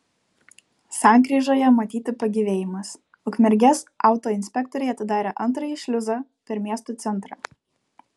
sankryžoje matyti pagyvėjimas ukmergės autoinspektoriai atidarė antrąjį šliuzą per miesto centrą